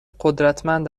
قدرتمند